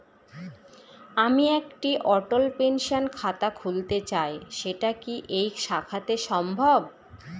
আমি একটি অটল পেনশন খাতা খুলতে চাই সেটা কি এই শাখাতে সম্ভব?